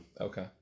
Okay